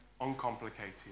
uncomplicated